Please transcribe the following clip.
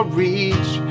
reach